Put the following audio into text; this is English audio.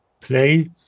play